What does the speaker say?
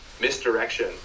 misdirection